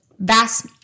Vast